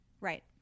right